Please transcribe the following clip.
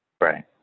Right